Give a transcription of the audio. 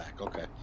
okay